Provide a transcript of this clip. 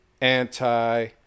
Anti